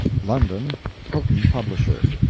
london hotten, publisher.